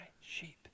sheep